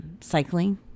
cycling